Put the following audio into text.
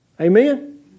Amen